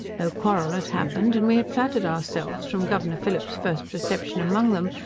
no quarrel had happened, and we had flattered ourselves, from governor phillip's first reception among them,